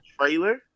trailer